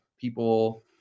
people